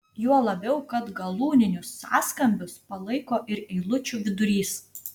juo labiau kad galūninius sąskambius palaiko ir eilučių vidurys